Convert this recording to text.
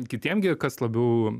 kitiem gi kas labiau